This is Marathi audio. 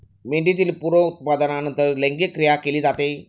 मेंढीतील पुनरुत्पादनानंतर लैंगिक क्रिया केली जाते